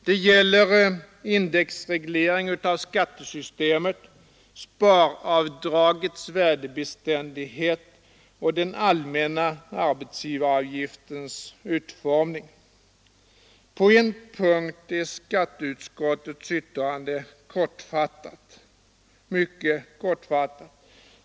Det gäller indexreglering av skattesystemet, sparavdragets värdebeständighet och den allmänna arbetsgivaravgiftens utformning. På en punkt är skatteutskottets yttrande kortfattat — t.o.m. mycket kortfattat!